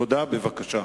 בבקשה.